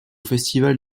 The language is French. festival